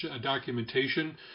documentation